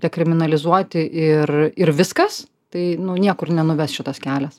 dekriminalizuoti ir ir viskas tai nu niekur nenuves šitas kelias